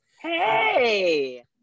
hey